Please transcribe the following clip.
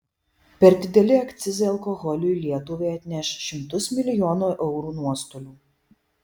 per dideli akcizai alkoholiui lietuvai atneš šimtus milijonų eurų nuostolių